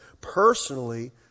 personally